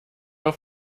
auf